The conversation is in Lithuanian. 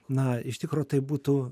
na iš tikro tai būtų